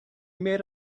made